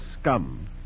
scum